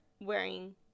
wearing